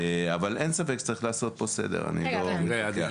אבל אין ספק שצריך לעשות פה סדר, אני לא מתווכח.